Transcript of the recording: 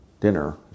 dinner